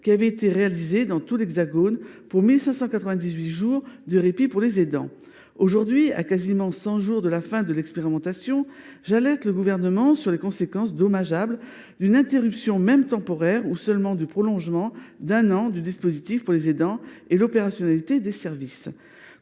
qui avaient été réalisés dans tout l’Hexagone, pour 1 598 jours de répit pour les aidants. Aujourd’hui, à quasiment cent jours de la fin de l’expérimentation, j’alerte le Gouvernement sur les conséquences dommageables d’une interruption, même temporaire, ou seulement du prolongement d’un an du dispositif pour les aidants et l’opérationnalité des services.